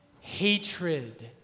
hatred